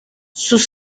sus